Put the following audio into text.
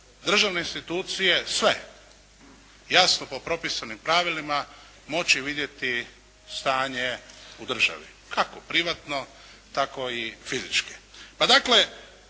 državne institucije sve, jasno po propisanim pravilima moći vidjeti stanje u državi, kako privatno tako i fizički. Pa dakle